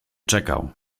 czekał